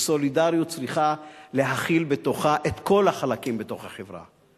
וסולידריות צריכה להכיל בתוכה את כל החלקים בתוך החברה.